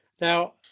now